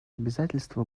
обязательство